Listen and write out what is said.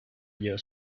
your